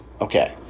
Okay